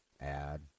add